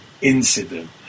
incident